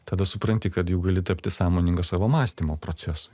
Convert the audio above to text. tada supranti kad jau gali tapti sąmoningas savo mąstymo procesui